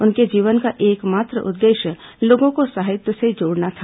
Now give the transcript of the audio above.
उनके जीवन का एकमात्र उद्देश्य लोगों को साहित्य से जोड़ना था